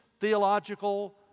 theological